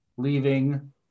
leaving